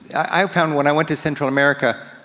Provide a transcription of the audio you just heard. i found when i went to central america,